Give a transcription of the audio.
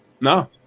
No